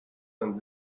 vingt